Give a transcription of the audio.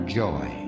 joy